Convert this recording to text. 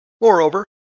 Moreover